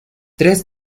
tres